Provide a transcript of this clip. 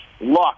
luck